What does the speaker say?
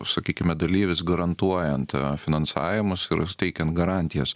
sakykime dalyvis garantuojant finansavimus ir teikiant garantijas